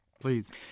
Please